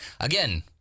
Again